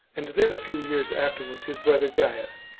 and then, a few years afterwards, his brother gains,